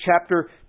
chapter